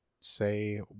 say